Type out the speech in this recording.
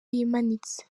yimanitse